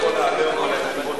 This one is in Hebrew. לא, לא.